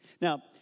Now